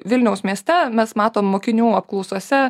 vilniaus mieste mes matom mokinių apklausose